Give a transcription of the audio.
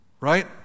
Right